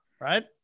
right